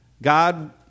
God